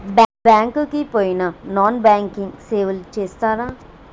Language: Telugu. బ్యాంక్ కి పోయిన నాన్ బ్యాంకింగ్ సేవలు చేస్తరా?